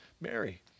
Mary